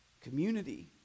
community